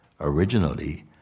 Originally